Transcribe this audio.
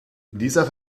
dieser